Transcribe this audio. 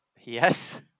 Yes